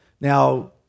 Now